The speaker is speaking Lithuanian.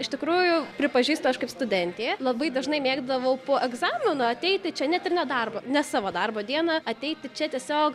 iš tikrųjų pripažįstu aš kaip studentė labai dažnai mėgdavau po egzamino ateiti čia net ir ne darbo ne savo darbo dieną ateiti čia tiesiog